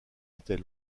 était